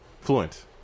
Fluent